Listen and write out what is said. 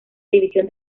división